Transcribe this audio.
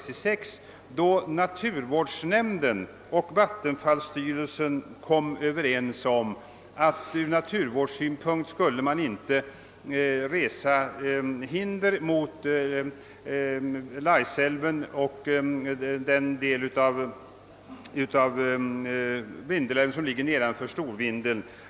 Vid detta tillfälle överenskom vattenfallsstyrelsen och naturvårdsnämnden, att man ur naturvårdssynpunkt inte skulle resa hinder mot en utbyggnad av Laisälven och den del av Vindelälven som ligger nedströms Storvindeln.